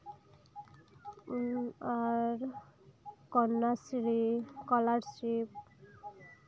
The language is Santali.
ᱩᱸ ᱟᱨ ᱠᱚᱱᱱᱟᱥᱨᱤ ᱥᱠᱚᱞᱟᱨᱥᱤᱯ